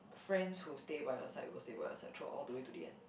friends who stay by your side will stay by your side throughout all the way to the end